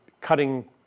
cutting